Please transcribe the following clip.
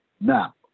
Now